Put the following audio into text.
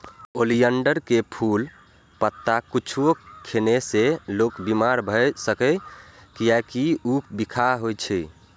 oleander के फूल, पत्ता किछुओ खेने से लोक बीमार भए सकैए, कियैकि ऊ बिखाह होइ छै